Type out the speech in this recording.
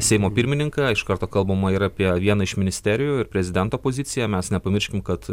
seimo pirmininką iš karto kalbama ir apie vieną iš ministerijų ir prezidento poziciją mes nepamirškim kad